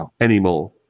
anymore